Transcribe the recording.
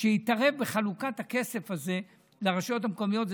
יתערב בחלוקת הכסף לרשויות המקומיות.